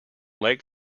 lake